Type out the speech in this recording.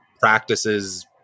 practices